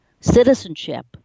Citizenship